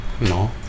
No